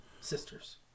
Sisters